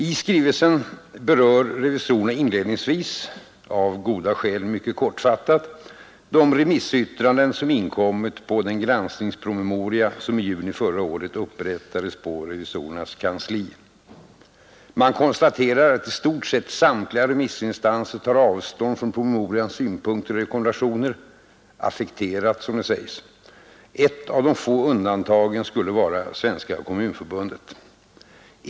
I skrivelsen berör revisorerna inledningsvis — av goda skäl mycket kortfattat — de remissyttranden som inkommit på grund av den granskningspromemoria som i juni förra året upprättades på revisorernas kansli. Man konstaterar att i stort sett samtliga remissinstanser tar avstånd från promemorians synpunkter och rekommendationer — affekterat, som det sägs. Ett av de få undantagen skulle vara Svenska kommunförbundet.